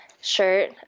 shirt